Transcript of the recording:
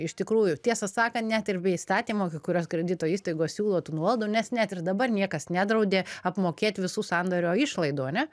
iš tikrųjų tiesą sakant net ir be įstatymo kai kurios kredito įstaigos siūlo tų nuolaidų nes net ir dabar niekas nedraudė apmokėt visų sandorio išlaidų a ne